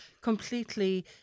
completely